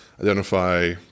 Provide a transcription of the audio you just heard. identify